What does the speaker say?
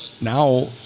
Now